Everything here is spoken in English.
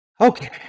Okay